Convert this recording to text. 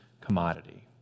commodity